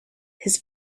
his